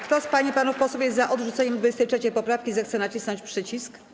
Kto z pań i panów posłów jest za odrzuceniem 23. poprawki, zechce nacisnąć przycisk.